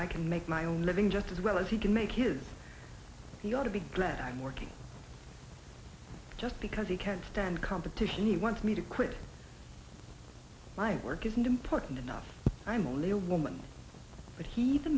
i can make my own living just as well as he can make his he ought to be glad i'm working just because he can't stand competition he wants me to quit my work isn't important enough i'm only a woman but he